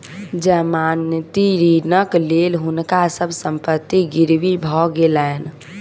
जमानती ऋणक लेल हुनका सभ संपत्ति गिरवी भ गेलैन